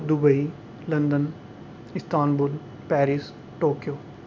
Dubai London Istanbul Paris Tokyo